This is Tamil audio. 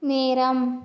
நேரம்